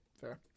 Fair